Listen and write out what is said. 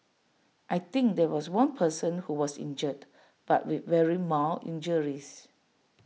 I think there was one person who was injured but with very mild injuries